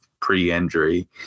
pre-injury